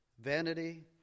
Vanity